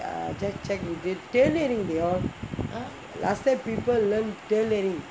I just checked with it tailoring they all last time people love tailoring